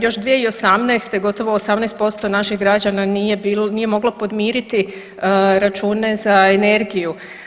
Još 2018. gotovo 18% naših građana nije moglo podmiriti račune za energiju.